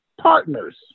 partners